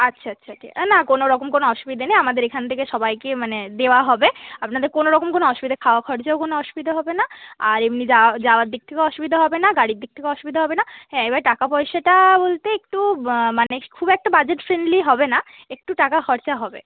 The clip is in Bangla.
আচ্ছা আচ্ছা না কোনো রকম কোনো অসুবিধে নেই আমাদের এখান থেকে সবাইকে মানে দেওয়া হবে আপনাদের কোনো রকম কোনো অসুবিধা খাওয়া খরচাও কোনো অসুবিধা হবে না আর এমনি যাওয়া যাওয়ার দিক থেকেও অসুবিধা হবে না গাড়ির দিক থেকেও অসুবিধা হবে না হ্যাঁ এবার টাকা পয়সাটা বলতে একটু মানে খুব একটা বাজেট ফ্রেন্ডলি হবে না একটু টাকা খরচা হবে